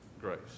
grace